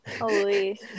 Holy